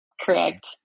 Correct